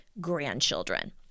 grandchildren